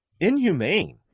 inhumane